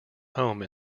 home